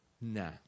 Nah